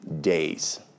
days